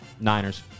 Niners